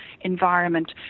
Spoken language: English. environment